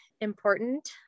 important